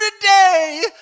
today